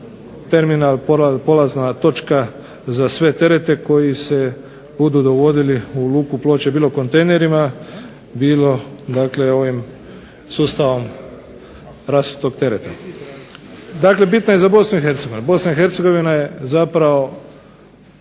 terminal, polazna točka za sve terete koji se budu dovodili u luku Ploče, bilo kontejnerima bilo sustavom rasutog tereta. Dakle bitno je za Bosnu i